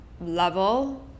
level